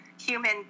human